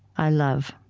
i love.